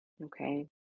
Okay